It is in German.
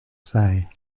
sei